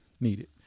needed